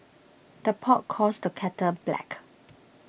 the pot calls the kettle black